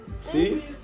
See